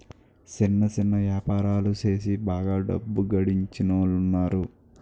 సిన్న సిన్న యాపారాలు సేసి బాగా డబ్బు గడించినోలున్నారు